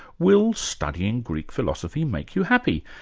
will studying greek philosophy make you happy?